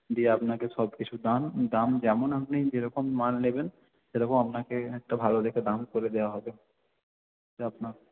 দিয়ে আপনাকে সব কিছু দাম দাম যেমন আপনি যেরকম মাল নেবেন সেরকম আপনাকে একটা ভালো দেখে দাম করে দেওয়া হবে আপনার